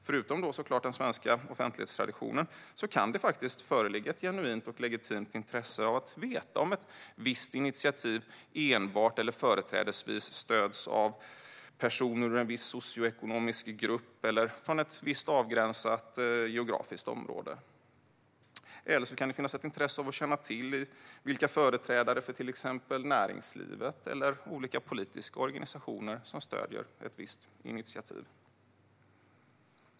Förutom den svenska offentlighetstraditionen kan det faktiskt föreligga ett genuint och legitimt intresse av att veta om ett visst initiativ enbart eller företrädesvis stöds av personer ur en viss socioekonomisk grupp eller från ett visst avgränsat geografiskt område. Eller så kan det finnas ett intresse av att känna till vilka företrädare för till exempel näringslivet eller olika politiska organisationer som stöder ett visst initiativ.